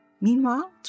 meanwhile